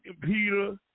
Peter